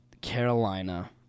Carolina